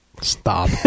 Stop